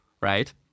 right